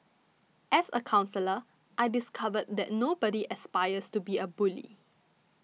as a counsellor I discovered that nobody aspires to be a bully